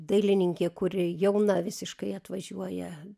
dailininkė kuri jauna visiškai atvažiuoja